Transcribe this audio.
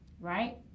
right